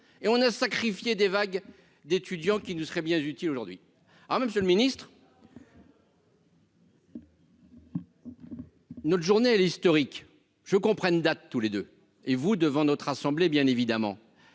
et on a sacrifié des vagues d'étudiants qui ne seraient bien utiles aujourd'hui ah mais Monsieur le Ministre. Notre journée historique je comprenne date tous les deux et vous devant notre assemblée, bien évidemment,